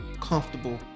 comfortable